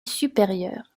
supérieure